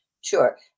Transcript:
Sure